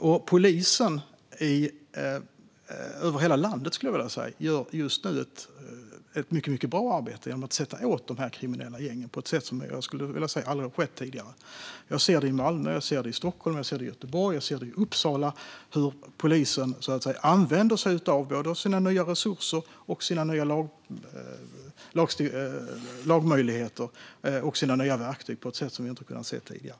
Och polisen över hela landet gör just nu ett mycket bra arbete genom att sätta åt dessa kriminella gäng på ett sätt som jag skulle vilja säga aldrig har skett tidigare. Jag ser i Malmö, Stockholm, Göteborg och Uppsala hur polisen så att säga använder sig av sina nya resurser, sina nya lagmöjligheter och sina nya verktyg på ett sätt som vi inte har kunnat se tidigare.